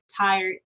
tired